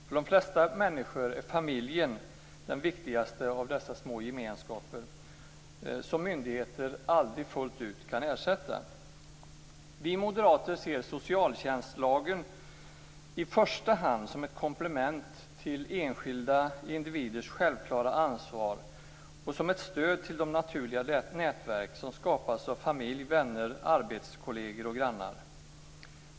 För de flesta människor är familjen den viktigaste av dessa små gemenskaper, som myndigheter aldrig fullt ut kan ersätta. Vi moderater ser socialtjänstlagen i första hand som ett komplement till enskilda individers självklara ansvar och som ett stöd till de naturliga nätverk som skapas av familj, vänner, arbetskolleger och grannar.